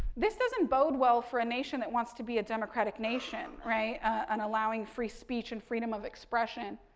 this doesn't bode well for a nation that wants to be a democratic nation, right, and allowing free speech and freedom of expression.